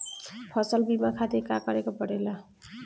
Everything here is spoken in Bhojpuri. फसल बीमा खातिर का करे के पड़ेला?